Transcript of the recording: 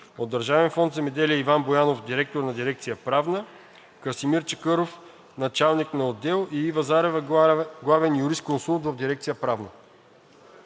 От Държавен фонд „Земеделие“ – Иван Боянов – директор на дирекция „Правна“, Красимир Чакъров – началник на отдел, и Ива Зарева – главен юрисконсулт в дирекция „Правна“.